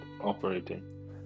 operating